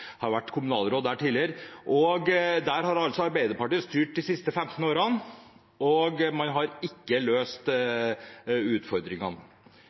har vært kommunalråd der tidligere. Der har Arbeiderpartiet styrt de siste 15 årene, og man har ikke løst utfordringene.